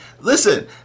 Listen